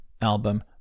album